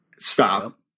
stop